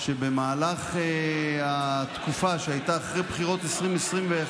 במהלך התקופה שהייתה אחרי בחירות 2021,